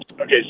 Okay